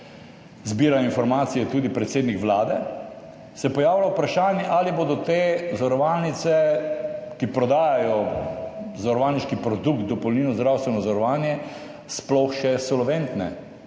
zbirajo informacije tudi predsednik Vlade, se pojavlja vprašanje, ali bodo te zavarovalnice, ki prodajajo zavarovalniški produkt dopolnilno zdravstveno zavarovanje, sploh še solventne.